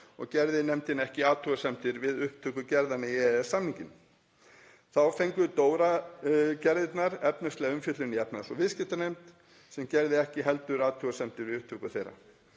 og gerði nefndin ekki athugasemdir við upptöku gerðanna í EES-samninginn. Þá fengu DORA-gerðirnar efnislega umfjöllun í efnahags- og viðskiptanefnd, sem gerði ekki heldur athugasemdir við upptöku þeirra.